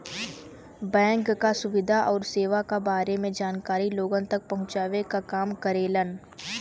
bank क सुविधा आउर सेवा क बारे में जानकारी लोगन तक पहुँचावे क काम करेलन